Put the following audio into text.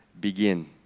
begin